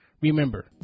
remember